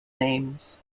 names